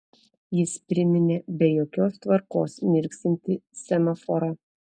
jis priminė be jokios tvarkos mirksintį semaforą